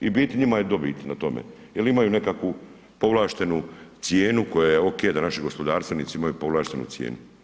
I u biti njima je dobit na tome jer imaju nekakvu povlaštenu cijenu koja je ok da naši gospodarstvenici imaju povlaštenu cijenu.